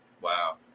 Wow